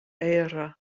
eira